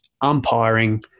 umpiring